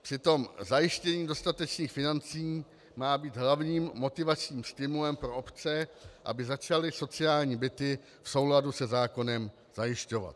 Přitom zajištění dostatečných financí má být hlavním motivačním stimulem pro obce, aby začaly sociální byty v souladu se zákonem zajišťovat.